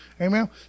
Amen